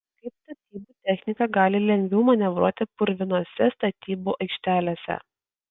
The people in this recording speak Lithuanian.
kaip statybų technika gali lengviau manevruoti purvinose statybų aikštelėse